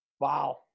wow